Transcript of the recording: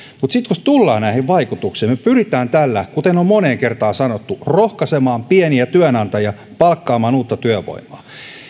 mutta sitten kun tullaan näihin vaikutuksiin niin me pyrimme tällä kuten on moneen kertaan sanottu rohkaisemaan pieniä työnantajia palkkaamaan uutta työvoimaa